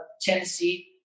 Tennessee